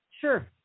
Sure